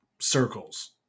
circles